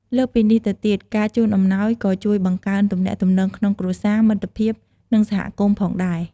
លើសពីនេះទៅទៀត ការជូនអំំណោយក៏ជួយបង្កើនទំនាក់ទំនងក្នុងគ្រួសារ មិត្តភាព និងសហគមន៍ផងដែរ។